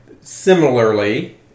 similarly